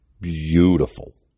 beautiful